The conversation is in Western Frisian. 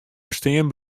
bestean